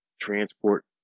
transport